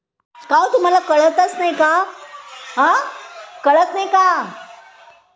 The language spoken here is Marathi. ऑनलाइन अर्ज भरताना कागदपत्रे कशी जोडावीत?